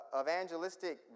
evangelistic